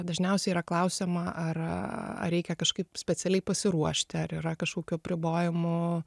dažniausiai yra klausiama ar ar reikia kažkaip specialiai pasiruošti ar yra kažkokių apribojimų